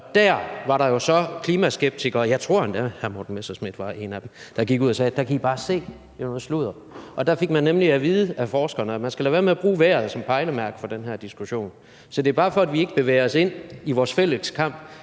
Der var der klimaskeptikere, jeg tror endda, at hr. Morten Messerschmidt var en af dem, der gik ud og sagde: Der kan I bare se, det er noget sludder. Der fik vi nemlig at vide af forskerne, at man skal lade være med at bruge vejret som pejlemærke for den her diskussion. Så det er bare, for at vi ikke i vores fælles kamp